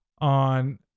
on